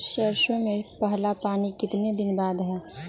सरसों में पहला पानी कितने दिन बाद है?